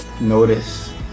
notice